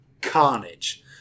carnage